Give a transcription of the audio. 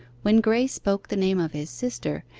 when graye spoke the name of his sister,